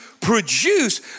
produce